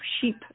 sheep